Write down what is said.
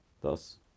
thus